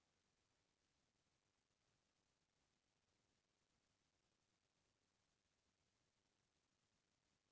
आघू चलके कोनो मनसे ह मूकरय झन कहिके कोनो भी मनसे ह एग्रीमेंट करवाथे